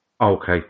Okay